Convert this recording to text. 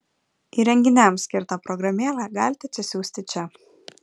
įrenginiams skirtą programėlę galite atsisiųsti čia